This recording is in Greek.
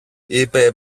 είπε